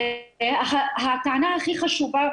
הטענה הכי חשובה,